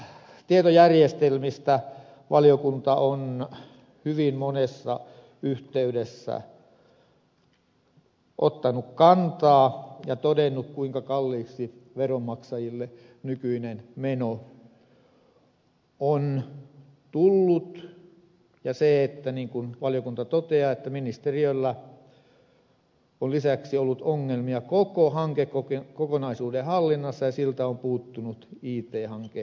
tietojärjestelmistä valiokunta on hyvin monessa yhteydessä ottanut kantaa ja todennut kuinka kalliiksi veronmaksajille nykyinen meno on tullut ja niin kuin valiokunta toteaa ministeriöllä on lisäksi ollut ongelmia koko hankekokonaisuuden hallinnassa ja siltä on puuttunut it hankeosaaminen